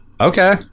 okay